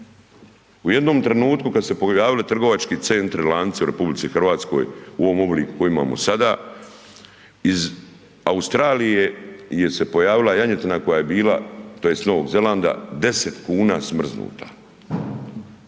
U jednom trenutku kad su se pojavili trgovački centri, lanci u RH u ovom obliku u kojem imamo sada, iz Australije je se pojavila janjetina koja je bila tj. Novog Zelanda 10 kuna smrznuta,